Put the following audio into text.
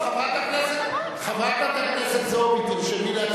חברת הכנסת זועבי,